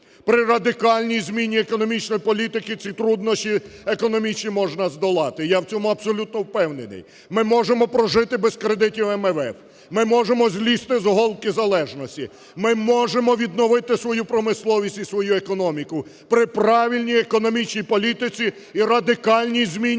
при радикальній зміні економічної політики ці труднощі економічні можна здолати, я в цьому абсолютно впевнений. Ми можемо прожити без кредитів МВФ, ми можемо злізти з голки залежності, ми можемо відновити свою промисловість і свою економіку при правильній економічній політиці і радикальній зміні